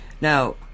now